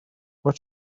what